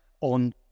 on